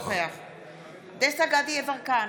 דסטה גדי יברקן,